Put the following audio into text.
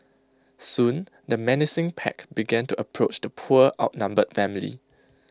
soon the menacing pack began to approach the poor outnumbered family